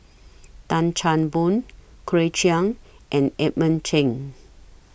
Tan Chan Boon Claire Chiang and Edmund Cheng